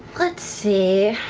let's see.